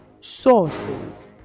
sources